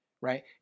right